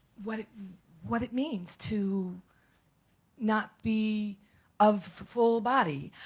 what it what it means to not be of full body.